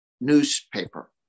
newspaper